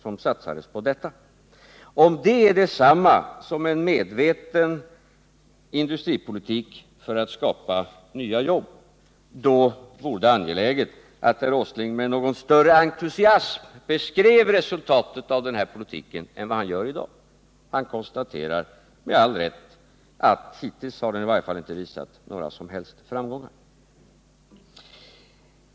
Om det är detsamma som en medveten industripolitik för att skapa nya jobb, då vore det angeläget att herr Åsling beskrev resultatet av denna politik med något större entusiasm än han gör i dag. Han konstaterar med all rätt att den hittills i varje fall inte lett till några som helst framgångar.